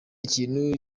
ikintu